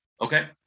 okay